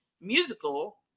musical